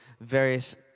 various